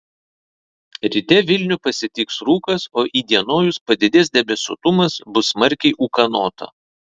ryte vilnių pasitiks rūkas o įdienojus padidės debesuotumas bus smarkiai ūkanota